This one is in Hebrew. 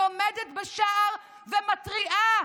אני עומדת בשער ומתריעה.